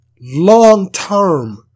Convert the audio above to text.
long-term